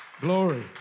glory